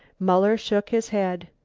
muller shook his head.